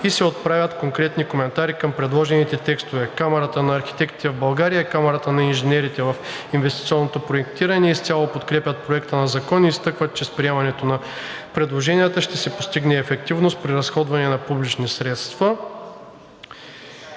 и се отправят конкретни коментари към предложените текстове. Камарата на архитектите в България и Камарата на инженерите в инвестиционното проектиране изцяло подкрепят Проекта на закон и изтъкват, че с приемането на предложенията ще се постигне ефективност при разходването на публични средства.